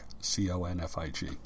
C-O-N-F-I-G